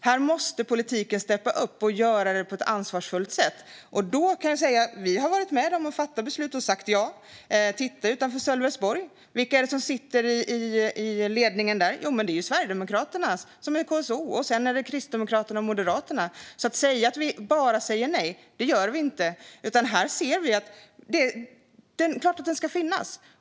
Här måste politiken steppa upp, och man måste göra det på ett ansvarsfullt sätt. Vi har varit med om att fatta beslut och sagt ja. Se på hur det ser ut utanför Sölvesborg! Vilka är det som sitter i ledningen där? Jo, det är Sverigedemokraterna som har KSO-posten där, och sedan är det Kristdemokraterna och Moderaterna. Att säga att vi bara säger nej är fel. Det gör vi inte. Det är klart att vindkraften ska finnas.